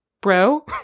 bro